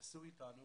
נסעו אתנו